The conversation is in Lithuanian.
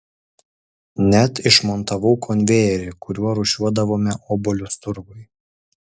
net išmontavau konvejerį kuriuo rūšiuodavome obuolius turgui